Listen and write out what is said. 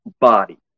body